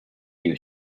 you